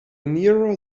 nearer